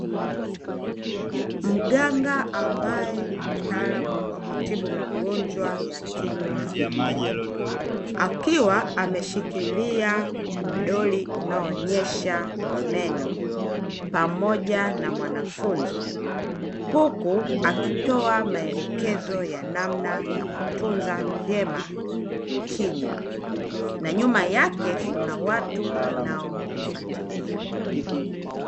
Mganga ambaye ni mtaalamu wa kutibu magonjwa ya kinywa na meno, akiwa ameshikilia mdoli unaoonyesha meno pamoja na mwanafunzi, huku akitoa maelekezo ya namna ya kutunza vyema kinywa na nyuma yake kuna watu wanaomfatilia.